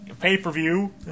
pay-per-view